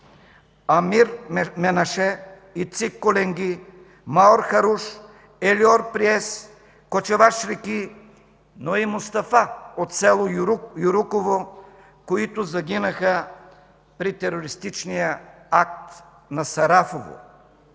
Амир Менаше, Ицик Коленги, Маор Харуш, Елиор Приес, Кочава Шрики, но и Мустафа от село Юруково, които загинаха при терористичния акт в Сарафово.